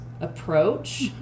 approach